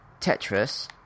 Tetris